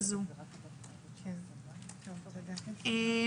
אני מתכבדת לפתוח את ישיבת ועדת החינוך בעניין